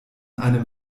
einem